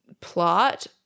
plot